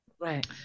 Right